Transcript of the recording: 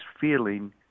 feeling